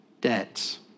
debts